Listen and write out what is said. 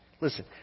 Listen